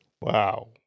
Wow